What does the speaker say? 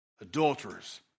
adulterers